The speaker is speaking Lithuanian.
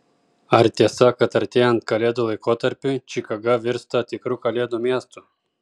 ar tiesa kad artėjant kalėdų laikotarpiui čikaga virsta tikru kalėdų miestu